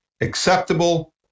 acceptable